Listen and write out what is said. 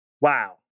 Wow